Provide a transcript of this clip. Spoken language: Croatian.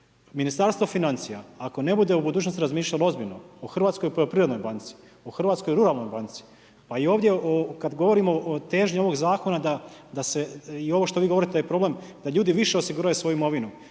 Ministarstvo financija ako ne bude u budućnosti razmišljalo ozbiljno o Hrvatskoj poljoprivrednoj banci, o Hrvatskoj ruralnoj banci pa i ovdje kada govorimo o težnji ovog zakona da se ovo što vi govorite da je problem, da ljudi više osiguraju svoju imovinu,